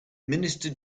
minister